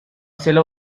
sailor